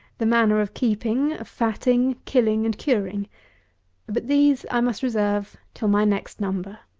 the manner of keeping, of fatting, killing, and curing but these i must reserve till my next number.